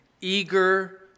eager